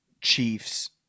chiefs